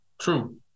True